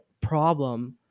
problem